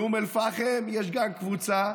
באום אל-פחם יש גם קבוצה,